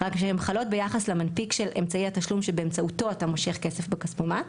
רק שהן חלות ביחס למנפיק אמצעי התשלום באמצעותו אתה מושך כסף בכספומט,